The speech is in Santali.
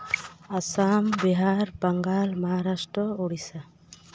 ᱟᱥᱟᱢ ᱵᱤᱦᱟᱨ ᱵᱟᱝᱜᱟᱞ ᱢᱚᱦᱟᱨᱟᱥᱴᱨᱚ ᱳᱰᱤᱥᱟ